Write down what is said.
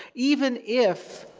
even if